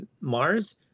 Mars